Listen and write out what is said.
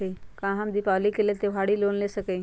का हम दीपावली के लेल त्योहारी लोन ले सकई?